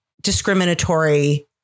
discriminatory